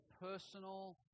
personal